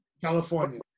California